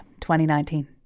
2019